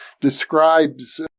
describes